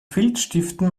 filzstiften